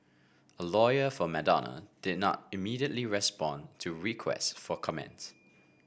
a lawyer for Madonna did not immediately respond to requests for comments